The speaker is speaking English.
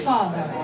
Father